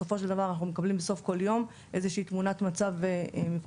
בסופו של דבר אנחנו מקבלים בסוף כל יום איזושהי תמונת מצב למפעלי